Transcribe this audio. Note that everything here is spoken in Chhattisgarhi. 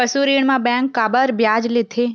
पशु ऋण म बैंक काबर ब्याज लेथे?